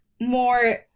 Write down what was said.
more